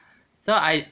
so I